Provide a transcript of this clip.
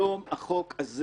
היום החוק הזה